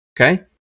Okay